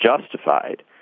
justified